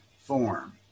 form